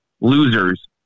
losers